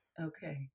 Okay